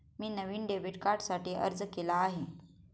मी नवीन डेबिट कार्डसाठी अर्ज केला आहे